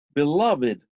beloved